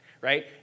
right